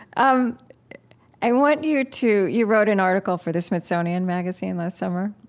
um i want you to you wrote an article for the smithsonian magazine last summer.